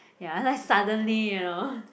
ya like suddenly you know